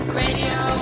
radio